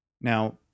Now